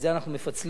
את זה אנחנו מפצלים.